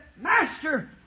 Master